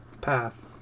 path